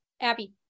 Abby